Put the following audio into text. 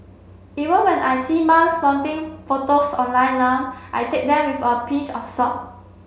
even when I see mum's flaunting photos online now I take them with a pinch of salt